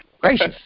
gracious